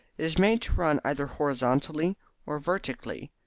it is made to run either horizontally or vertically.